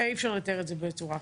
אי-אפשר לתאר את זה בצורה אחרת.